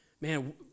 Man